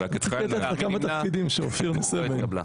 ההסתייגות לא התקבלה.